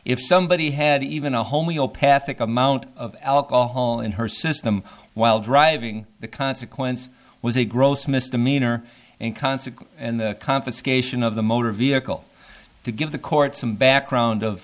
if somebody had even a homeopathic amount of alcohol in her system while driving the consequence was a gross misdemeanor and consequent and confiscation of the motor vehicle to give the court some background of